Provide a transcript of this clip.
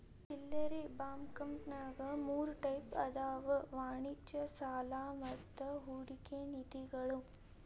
ಚಿಲ್ಲರೆ ಬಾಂಕಂನ್ಯಾಗ ಮೂರ್ ಟೈಪ್ ಅದಾವ ವಾಣಿಜ್ಯ ಸಾಲಾ ಮತ್ತ ಹೂಡಿಕೆ ನಿಧಿಗಳು